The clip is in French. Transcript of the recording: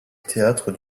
théâtre